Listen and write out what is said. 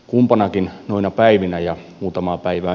kumpanakin noina päivinä ja muutama budjetin